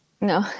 No